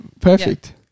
perfect